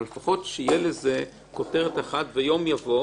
אבל לפחות שתהיה לזה כותרת אחת ויום יבוא